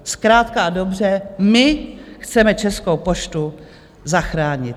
Zkrátka a dobře, my chceme Českou poštu zachránit.